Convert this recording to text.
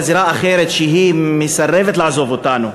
לזירה אחרת שמסרבת לעזוב אותנו,